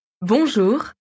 Bonjour